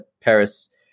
Paris